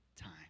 time